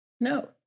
No